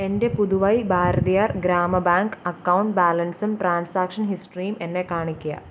എൻ്റെ Puduvai Bharathiar Grama bank account ബാലൻസും transaction ഹിസ്റ്ററിയും എന്നെ കാണിക്കുക